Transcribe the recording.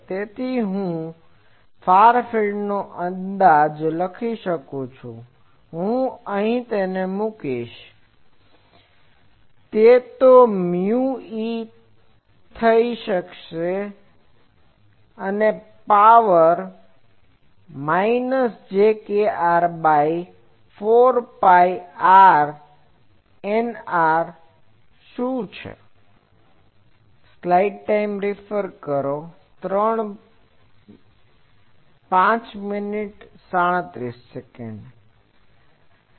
તેથી હું તે ફાર ફિલ્ડનો અંદાજ લખી શકું છું જો હું તેને અહીં મુકીશ તો તે મ્યુ e થઈ શકશે ની power minus j kr by 4 phi r N શું છે